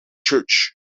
church